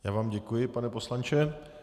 Já vám děkuji, pane poslanče.